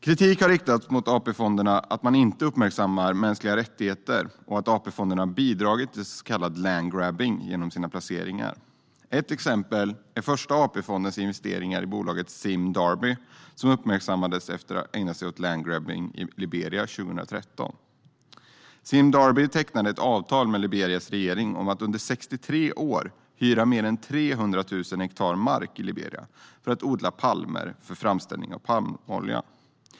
Kritik har riktats mot att AP-fonderna inte uppmärksammat de mänskliga rättigheterna och att AP-fonderna bidragit till så kallad landgrabbing genom sina placeringar. Ett exempel är Första AP-fondens investeringar i bolaget Sime Darby, som uppmärksammades efter att ha ägnat sig åt landgrabbing i Liberia 2013. Sime Darby tecknade ett avtal med Liberias regering om att under 63 år hyra mer än 300 000 hektar mark i Liberia för att odla palmer för framställning av palmolja.